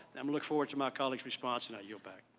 um look forward to my colleagues response. and i yield back.